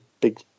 big